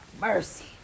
mercy